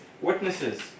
witnesses